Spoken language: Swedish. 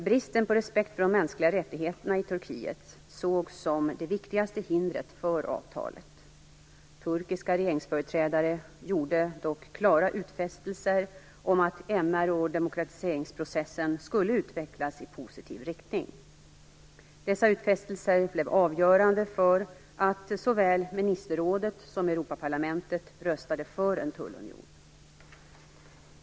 Bristen på respekt för de mänskliga rättigheterna i Turkiet sågs som det viktigaste hindret för avtalet. Turkiska regeringsföreträdare gjorde dock klara utfästelser om att MR och demokratiseringsprocessen skulle utvecklas i positiv riktning. Dessa utfästelser blev avgörande för att såväl ministerrådet som Europaparlamentet röstade för en tullunion.